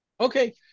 Okay